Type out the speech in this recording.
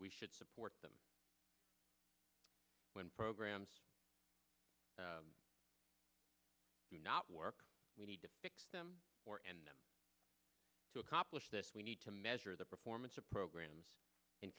we should support them when programs do not work we need to fix them or and to accomplish this we need to measure the performance of programs